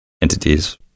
entities